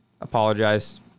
apologize